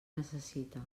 necessita